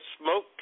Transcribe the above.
smoke